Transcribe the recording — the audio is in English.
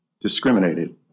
discriminated